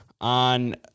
on